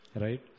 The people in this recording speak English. Right